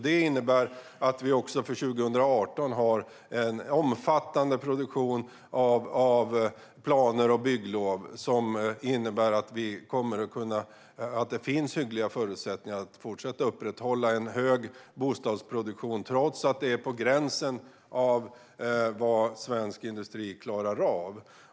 Det innebär att vi också för 2018 har en omfattande produktion av planer och bygglov, så det finns hyggliga förutsättningar för att fortsätta upprätthålla en stor bostadsproduktion trots att det är på gränsen för vad svensk industri klarar av.